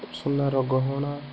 ସୁନାର ଗହଣା